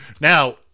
Now